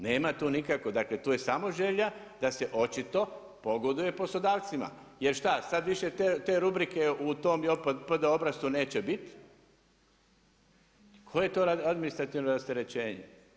Nema tu nikako, dakle tu je samo želja da se očito pogoduje poslodavcima jer šta, sad više te rubrike u tom JOPPD obrascu neće bit, koje je to administrativno rasterećenje?